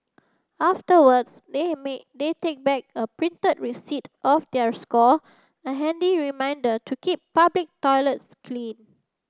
afterwards they they take back a printed of their score a handy reminder to keep public toilets clean